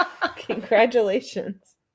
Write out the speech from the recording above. Congratulations